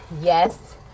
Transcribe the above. Yes